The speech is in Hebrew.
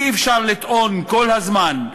אי-אפשר לטעון כל הזמן,